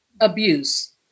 Abuse